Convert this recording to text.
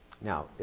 Now